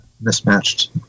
mismatched